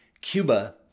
Cuba